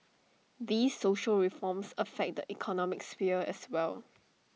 these social reforms affect the economic sphere as well